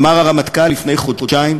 אמר הרמטכ"ל לפני חודשיים,